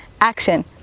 action